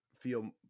feel